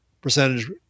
percentage